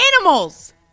animals